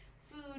food